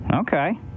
Okay